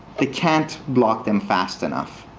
they can't block them fast enough.